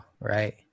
right